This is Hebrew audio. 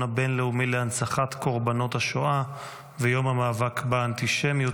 הבין-לאומי להנצחת קורבנות השואה ויום המאבק באנטישמיות.